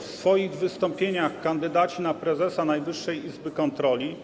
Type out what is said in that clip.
W swoich wystąpieniach kandydaci na prezesa Najwyższej Izby Kontroli